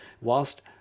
whilst